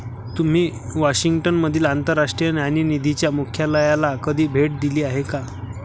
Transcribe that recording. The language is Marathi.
तुम्ही वॉशिंग्टन मधील आंतरराष्ट्रीय नाणेनिधीच्या मुख्यालयाला कधी भेट दिली आहे का?